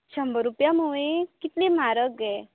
शंबर रुपया कितली म्हारग गे